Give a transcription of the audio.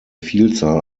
vielzahl